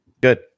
Good